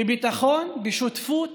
בביטחון, בשותפות